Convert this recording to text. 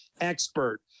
expert